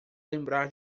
lembrar